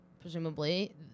presumably